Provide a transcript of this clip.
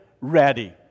ready